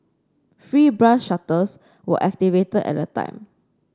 free bus shuttles were activated at the time